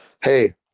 hey